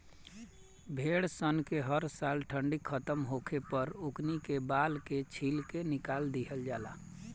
भेड़ सन के हर साल ठंडी खतम होखे पर ओकनी के बाल के छील के निकाल दिहल जाला